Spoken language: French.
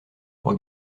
pour